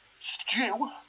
stew